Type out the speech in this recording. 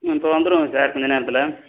இப்போது வந்துடுவோங்க சார் கொஞ்சம் நேரத்தில்